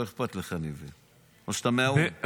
אני מבין שלא אכפת לך, או שאתה מהאו"ם.